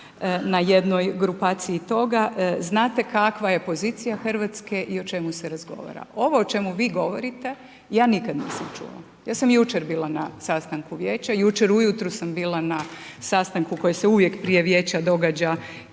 na jednoj grupaciji toga, znate kakva je pozicija Hrvatske i o čemu se razgovara. Ovo o čemu vi govorite, ja nikad nisam čula. Ja sam jučer bila na sastanku vijeća, jučer ujutro sam bila na sastanku koji se uvijek prije vijeća događa